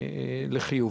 לחיוב.